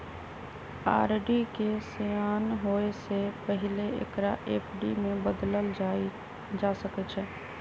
RD के सेयान होय से पहिले एकरा एफ.डी में न बदलल जा सकइ छै